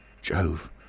Jove